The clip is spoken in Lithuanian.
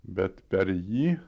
bet per jį